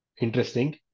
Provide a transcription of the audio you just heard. Interesting